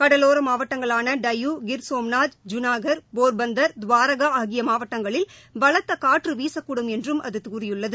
கடரோர மாவட்டங்களான டையூ கிர் சோம்நாத் ஜுனாகர் போர்பந்தர் துவாரகா ஆகிய மாவட்டங்களில் பலத்த காற்று வீசக்கூடும் என்றும் அது கூறியுள்ளது